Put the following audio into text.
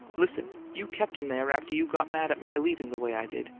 listen you kept him there after you got mad at my leaving the way i did.